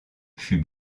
fut